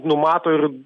numato ir